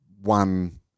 one